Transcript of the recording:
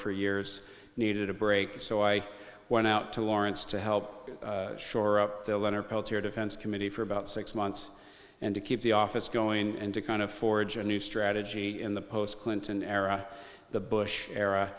for years needed a break so i went out to lawrence to help shore up the leonard peltier defense committee for about six months and to keep the office going and to kind of forge a new strategy in the post clinton era the bush era